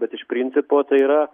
bet iš principo tai yra